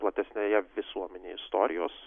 platesnėje visuomenėje istorijos